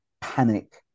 panic